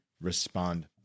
respond